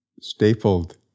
stapled